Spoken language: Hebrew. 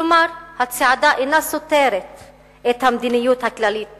כלומר, הצעדה אינה סותרת את המדיניות הכללית